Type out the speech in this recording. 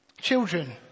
children